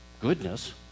goodness